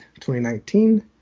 2019